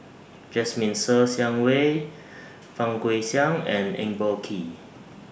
Jasmine Ser Xiang Wei Fang Guixiang and Eng Boh Kee